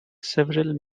several